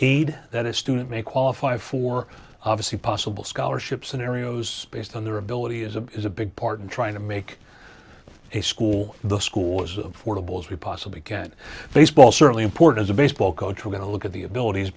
aid that a student may qualify for obviously possible scholarship scenarios based on their ability is a is a big part in trying to make school the school was affordable as we possibly can baseball certainly important as a baseball coach we're going to look at the abilities